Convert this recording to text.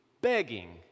begging